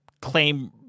claim